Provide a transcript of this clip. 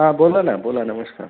हा बोला ना बोला नमस्कार